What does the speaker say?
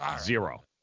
zero